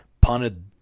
punted